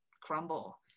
crumble